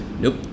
nope